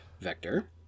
vector